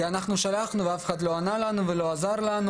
כי שלחנו ואף אחד לא ענה לנו ולא עזר לנו.